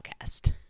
podcast